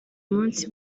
munsi